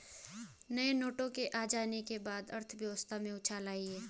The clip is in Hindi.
नए नोटों के आ जाने के बाद अर्थव्यवस्था में उछाल आयी है